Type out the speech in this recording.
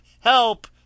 Help